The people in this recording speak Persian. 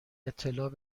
اطلاع